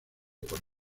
por